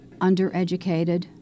undereducated